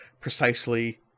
precisely